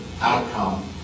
outcome